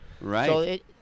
Right